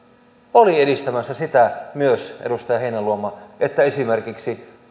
oli edistämässä sitä edustaja heinäluoma että esimerkiksi